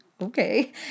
Okay